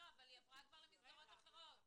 היא עברה למסגרות אחרות.